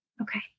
Okay